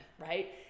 right